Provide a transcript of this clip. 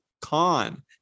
con